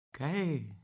Okay